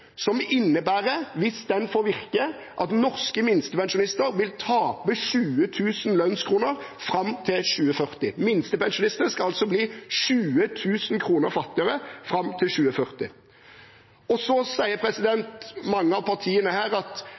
som, hvis den får virke, innebærer at norske minstepensjonister vil tape 20 000 lønnskroner fram til 2040. Minstepensjonistene skal altså bli 20 000 kr fattigere fram til 2040. Så sier mange av partiene her: